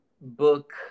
book